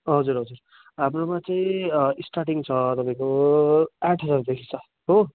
हजुर हजुर हाम्रोमा चाहिँ स्टार्टिङ छ तपाईँको आठ हजारदेखि छ हो